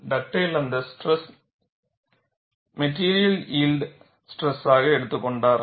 Dugdale அந்த ஸ்ட்ரெஸை material yield ஸ்ட்ரெஸாக எடுத்துக் கொண்டார்